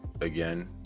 again